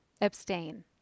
Abstain